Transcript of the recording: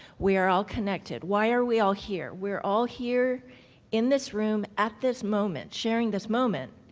we are all connected. why are we all here? we're all here in this room, at this moment, sharing this moment